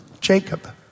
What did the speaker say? Jacob